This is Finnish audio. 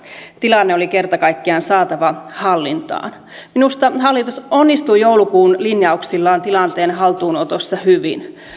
tilanne oli kerta kaikkiaan saatava hallintaan minusta hallitus onnistui joulukuun linjauksillaan tilanteen haltuunotossa hyvin